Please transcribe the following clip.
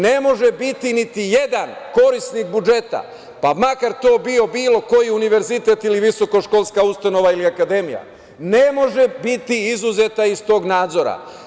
Ne može biti niti jedan korisnik budžeta pa makar to bio bilo koji univerzitet ili visokoškolska ustanova ili akademija, ne može biti izuzeta iz tog nadzora.